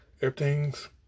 Everything's